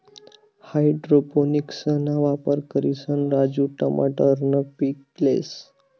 हाइड्रोपोनिक्सना वापर करिसन राजू टमाटरनं पीक लेस